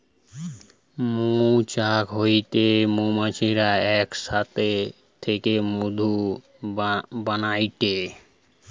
মৌচাক হইতে মৌমাছিরা এক সাথে থেকে মধু বানাইটে